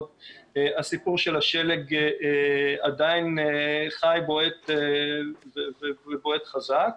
הסיפור של השלג עדיין חי ובועט חזק.